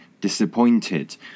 disappointed